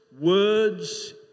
words